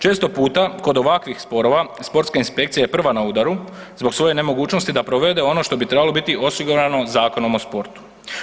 Često puta kod ovakvih sporova sportska inspekcija je prva na udaru zbog svoje nemogućnosti da provede ono što bi trebalo osigurano Zakonom o sportu.